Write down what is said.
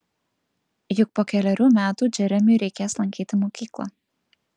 juk po kelerių metų džeremiui reikės lankyti mokyklą